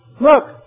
look